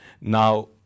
Now